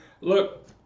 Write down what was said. Look